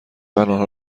آنها